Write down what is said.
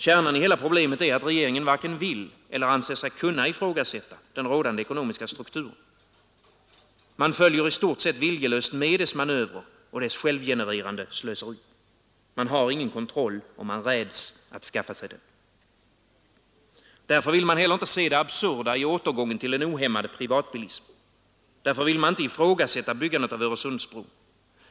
Kärnan i hela problemet är att regeringen varken vill eller anser sig kunna ifrågasätta den rådande ekonomiska strukturen. Man följer i stort sett viljelöst med i dess manövrer och i dess självgenererande slöseri. Man har ingen kontroll och man räds att skaffa sig den. Därför vill man inte se det absurda i återgången till en ohämmad privatbilism. Därför vill man inte ifrågasätta byggandet av Öresundsbron.